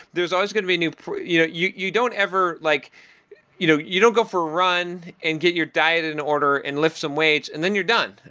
there's always going to be new you know you you don't ever like you know you don't go for a run and get your diet in order and lift some weights and then you're done,